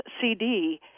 CD